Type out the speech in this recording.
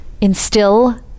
instill